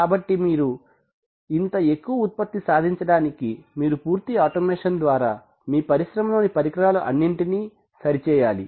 కాబట్టి మీరు ఇంత ఎక్కువ ఉత్పత్తి సాధించడానికి మీరు పూర్తి ఆటోమేషన్ ద్వారా మీ పరిశ్రమలోని పరికరాలు అన్నిటినీ సరిచేయాలి